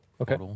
Okay